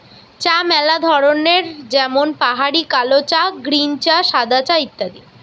চা ম্যালা ধরনের যেমন পাহাড়ি কালো চা, গ্রীন চা, সাদা চা ইত্যাদি